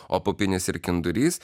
o pupinis ir kindurys